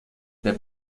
the